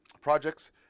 projects